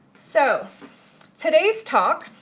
so today's talk